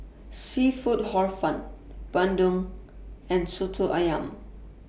Seafood Hor Fun Bandung and Soto Ayam